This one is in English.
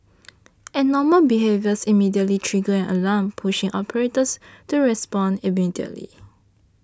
abnormal behaviours immediately trigger an alarm pushing operators to respond immediately